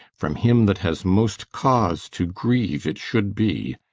from him that has most cause to grieve it should be,